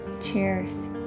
cheers